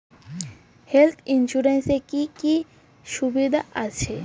Health insurance এ কি কি সুবিধা আছে?